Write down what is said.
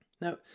Now